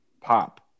pop